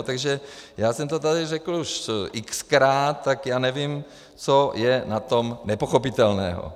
Takže já jsem to tady řekl už xkrát, tak já nevím, co je na tom nepochopitelného.